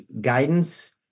guidance